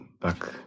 back